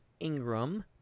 Ingram